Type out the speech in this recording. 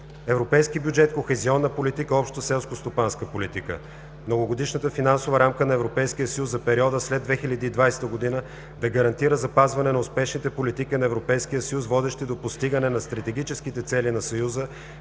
Европейски бюджет, Кохезионна политика, Обща селскостопанска политика - многогодишната финансова рамка на Европейския съюз за периода след 2020 г. да гарантира запазване на успешните политики на Европейския съюз, водещи до постигане на стратегическите цели на Съюза